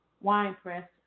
Winepress